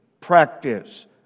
practice